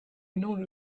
known